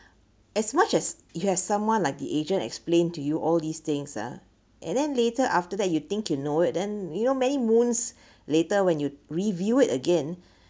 as much as you have someone like the agent explain to you all these things ah and then later after that you think you know it then you know many moons later when you review it again